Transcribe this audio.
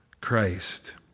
Christ